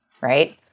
Right